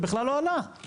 זה בכלל לא נדון.